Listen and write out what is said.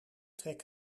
trek